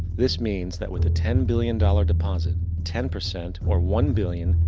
this means that with a ten billion dollar deposit, ten percent, or one billion,